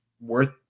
Worth